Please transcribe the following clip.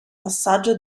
passaggio